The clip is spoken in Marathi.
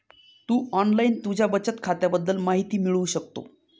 तू ऑनलाईन तुझ्या बचत खात्याबद्दल माहिती मिळवू शकतो